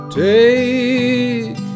Take